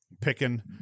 picking